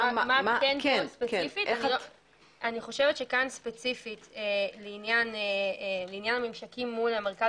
אני חושבת שפה ספציפית לעניין הממשקים מול המרכז